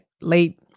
late